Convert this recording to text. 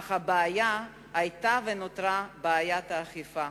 אך הבעיה היתה ונותרה בעיית האכיפה.